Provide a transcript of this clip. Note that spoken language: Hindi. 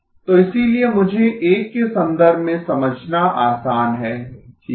तो इसीलिए इसे एक के संदर्भ में समझाना आसान है ठीक है